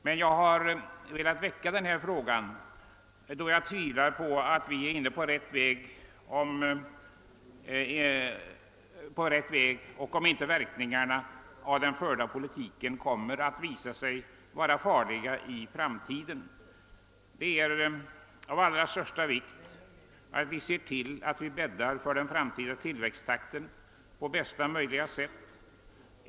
Men jag har väckt denna fråga därför att jag tvivlar på att vi är inne på rätt väg. Jag undrar om inte verkningarna av den förda politiken kommer att visa sig farliga i framtiden. Det är av allra största vikt att vi bäddar för den främtida tillväxttakten på bästa möjliga sätt.